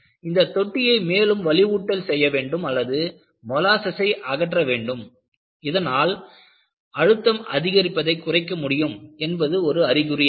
இந்த தொட்டியை மேலும் வலுவூட்டல் செய்யப்பட வேண்டும் அல்லது மொலாசஸஸை அகற்ற வேண்டும் இதனால் அழுத்தம் அதிகரிப்பதைக் குறைக்க முடியும் என்பது ஒரு அறிகுறியாகும்